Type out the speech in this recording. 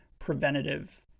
preventative